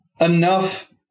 enough